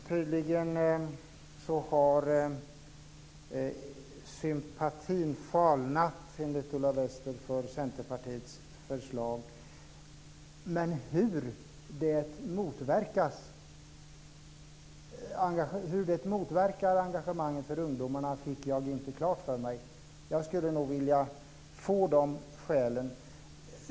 Tydligen har sympatin falnat för Centerpartiets förslag, enligt Ulla Wester. Hur det motverkar engagemanget från ungdomarna fick jag inte klart för mig. Jag skulle vilja få de skälen.